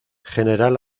general